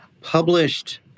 published